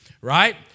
right